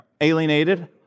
alienated